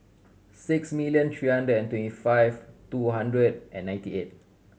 six million three hundred and twenty five two hundred and ninety eight